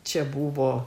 čia buvo